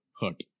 hurt